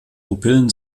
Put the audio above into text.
pupillen